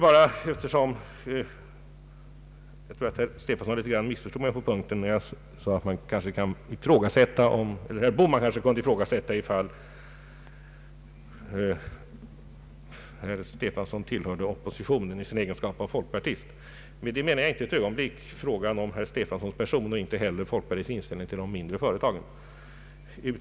Herr Stefanson kanske dock missförstod mig på en punkt, nämligen när jag sade att herr Bohman kunde ifrågasätta ifall herr Stefanson tillhörde oppositionen i sin egenskap av folkpartist. Med detta syftade jag inte ett ögonblick på herr Stefanson personligen och inte heller på folkpartiets inställning till de mindre företagen.